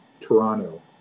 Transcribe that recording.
Toronto